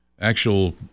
actual